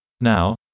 Now